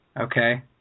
Okay